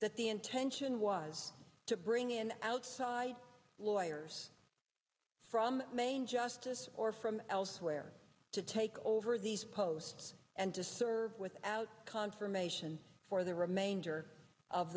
that the intention was to bring in outside lawyers from main justice or from elsewhere to take over these posts and to serve without confirmation for the remainder of